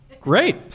Great